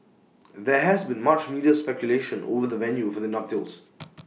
there has been much media speculation over the venue for the nuptials